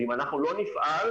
ואם אנחנו לא נפעל,